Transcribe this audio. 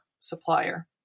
supplier